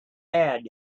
had